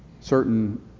certain